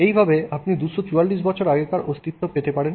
এইভাবে আপনি 244 বছর আগেকার অস্তিত্ব পেতে পারেন